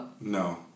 No